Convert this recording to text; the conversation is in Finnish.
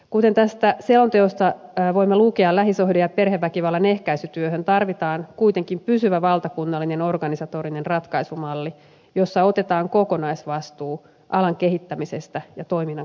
kuten tästä selonteosta voimme lukea lähisuhde ja perheväkivallan ehkäisytyöhön tarvitaan kuitenkin pysyvä valtakunnallinen organisatorinen ratkaisumalli jossa otetaan kokonaisvastuu alan kehittämisestä ja toiminnan koordinoinnista